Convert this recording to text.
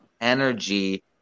energy